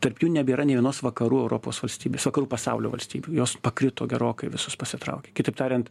tarp jų nebėra nė vienos vakarų europos valstybės vakarų pasaulio valstybių jos pakrito gerokai visos pasitraukė kitaip tariant